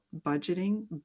budgeting